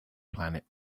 planet